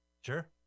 Sure